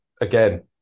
again